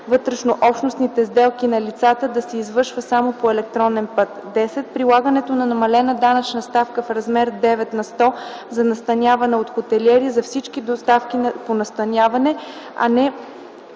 вътреобщностните сделки на лицата, да се извършва само по електронен път. 10. Прилагането на намалена данъчна ставка в размер 9 на сто за настаняване от хотелиери за всички доставки по настаняване, а не